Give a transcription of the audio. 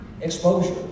Exposure